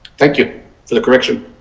thank you for the correction.